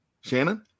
Shannon